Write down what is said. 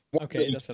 Okay